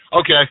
Okay